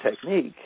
technique